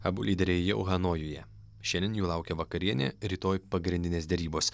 abu lyderiai jau hanojuje šiandien jų laukia vakarienė rytoj pagrindinės derybos